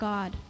God